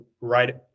right